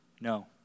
No